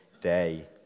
day